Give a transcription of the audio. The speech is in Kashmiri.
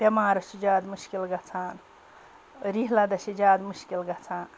بٮ۪مارَس چھُ زیادِٕ مُشکِل گَژھان رِح لَدَس چھِ زیادٕ مُشکِل گَژھان